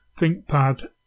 ThinkPad